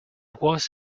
was